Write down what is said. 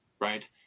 right